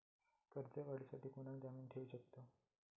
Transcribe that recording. कर्ज काढूसाठी कोणाक जामीन ठेवू शकतव?